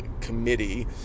committee